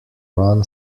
run